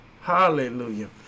Hallelujah